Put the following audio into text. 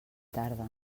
tarda